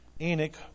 Enoch